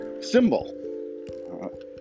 symbol